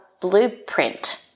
blueprint